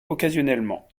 occasionnellement